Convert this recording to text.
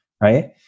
right